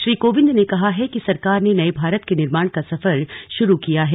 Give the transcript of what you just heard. श्री कोविंद ने कहा है कि सरकार ने नए भारत के निर्माण का सफर शुरू किया है